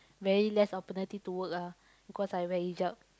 very less opportunity to work ah because I wear hijab